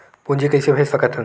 पूंजी कइसे भेज सकत हन?